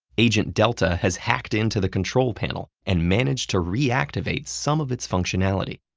agent delta has hacked into the control panel and managed to reactivate some of its functionality.